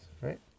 right